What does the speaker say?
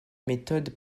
méthode